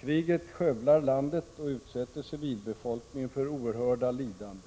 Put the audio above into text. Kriget skövlar landet och utsätter civilbefolkningen för oerhörda lidanden.